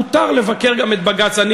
מותר לבקר גם את בג"ץ.